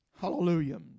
Hallelujah